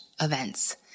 events